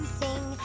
sing